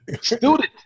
Student